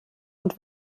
und